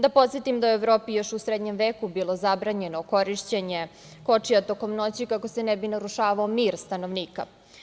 Da podsetim da je u Evropi još u srednjem veku bilo zabranjeno korišćenje kočija tokom noći, kako se ne bi narušavao mir stanovnika.